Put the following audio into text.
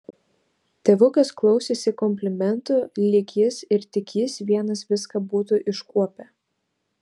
tėvukas klausėsi komplimentų lyg jis ir tik jis vienas viską būtų iškuopę